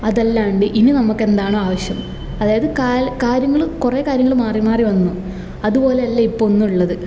അതല്ലാണ്ട് ഇനി നമുക്ക് എന്താണോ ആവശ്യം അതായത് കാൽ കാര്യങ്ങള് കുറേ കാര്യങ്ങള് മാറി മാറി വന്നു അതുപോലെയല്ല ഇപ്പൊന്നുള്ളത്